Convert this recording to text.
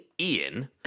Ian